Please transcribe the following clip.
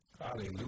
Hallelujah